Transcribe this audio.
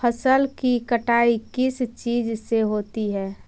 फसल की कटाई किस चीज से होती है?